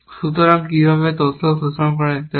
সুতরাং কিভাবে এই তথ্য শোষণ করা যেতে পারে